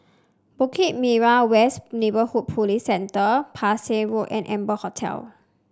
Bukit Merah West Neighbourhood Police Centre Parsi Road and Amber Hotel